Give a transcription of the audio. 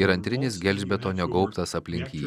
ir antrinis gelžbetonio gaubtas aplink jį